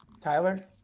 Tyler